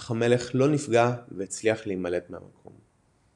אך המלך לא נפגע והצליח להימלט מהמקום.